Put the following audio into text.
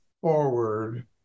forward